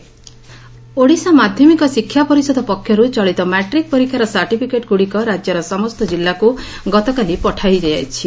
matric certificate Odisha ମାଧ୍ଧମିକ ଶିକ୍ଷା ପରିଷଦ ପକ୍ଷରୁ ଚଳିତ ମାଟ୍ରିକ ପରୀକ୍ଷାର ସାର୍ଟିଫିକେଟ୍ଗୁଡ଼ିକ ରାଜ୍ୟର ସମସ୍ତ ଜିଲ୍ଲାକୁ ଗତକାଲି ପଠାଯାଇଛି